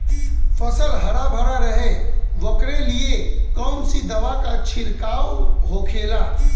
फसल हरा भरा रहे वोकरे लिए कौन सी दवा का छिड़काव होखेला?